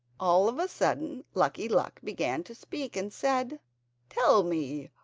all of a sudden lucky luck began to speak and said tell me,